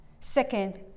Second